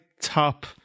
top